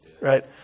right